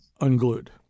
unglued